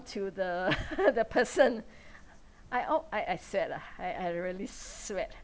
to the the person I oh I I sweat ah I I really sweat